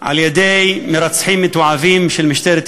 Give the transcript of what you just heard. על-ידי מרצחים מתועבים של משטרת ישראל.